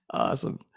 Awesome